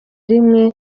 rimwe